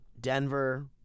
Denver